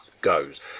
goes